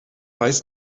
weiß